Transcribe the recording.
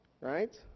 Right